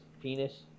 Penis